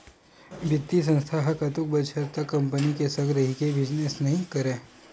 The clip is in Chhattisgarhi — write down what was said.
बित्तीय संस्था ह कतको बछर तक कंपी के संग रहिके बिजनेस नइ करय